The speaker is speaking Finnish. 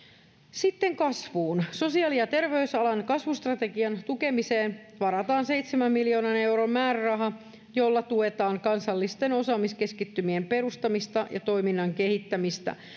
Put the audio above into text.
sitten kasvuun sosiaali ja terveysalan kasvustrategian tukemiseen varataan seitsemän miljoonan euron määräraha jolla tuetaan kansallisten osaamiskeskittymien perustamista ja toiminnan kehittämistä